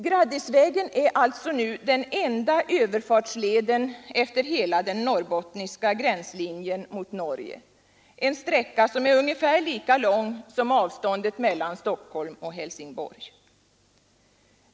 Graddisvägen är alltså nu den enda överfartsleden efter hela den norrbottniska gränslinjen mot Norge — en sträcka som är ungefär lika lång som avståndet mellan Stockholm och Helsingborg.